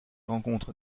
rencontre